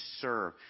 serve